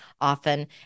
often